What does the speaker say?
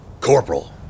Corporal